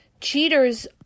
cheaters